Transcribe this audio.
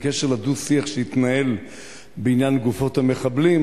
בקשר לדו-שיח שהתנהל בעניין גופות המחבלים,